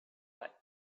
like